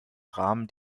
rahmen